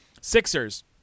Sixers